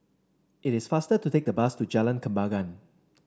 it is faster to take the bus to Jalan Kembangan